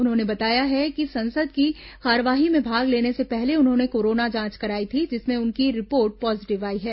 उन्होंने बताया है कि संसद की कार्रवाई में भाग लेने से पहले उन्होंने कोरोना जांच कराई थी जिसमें उनकी रिपोर्ट पॉजिटिव आई है